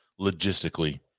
logistically